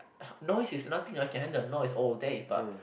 noise is nothing I can handle noise all day but